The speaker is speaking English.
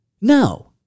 No